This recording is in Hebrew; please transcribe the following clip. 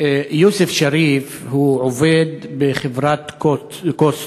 יוסף שריף הוא עובד בחברת "קוסט",